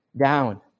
down